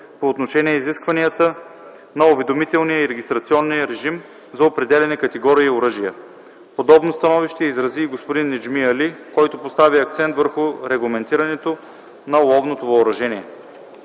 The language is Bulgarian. по отношение изискванията на уведомителния или регистрационен режим за определени категории оръжия. Подобно становище изрази и господин Неджми Али, който постави акцент върху регламентирането на ловното въоръжение.